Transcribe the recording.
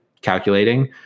calculating